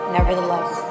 Nevertheless